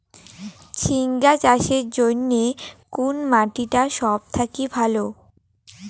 ঝিঙ্গা চাষের জইন্যে কুন মাটি টা সব থাকি ভালো?